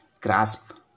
grasp